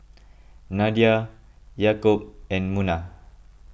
Nadia Yaakob and Munah